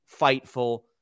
Fightful